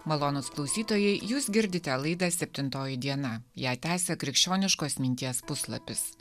malonūs klausytojai jūs girdite laidą septintoji diena ją tęsia krikščioniškos minties puslapis